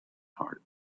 heart